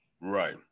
Right